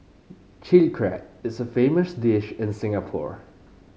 Chilli Crab is a famous dish in Singapore